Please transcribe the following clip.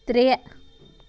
ترٛےٚ